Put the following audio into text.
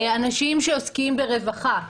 אנשים שעוסקים ברווחה,